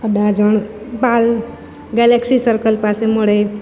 Adajan Pal Galaxy circle પાસે મળે